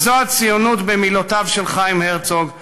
וזו הציונות במילותיו של חיים הרצוג,